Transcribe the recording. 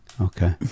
okay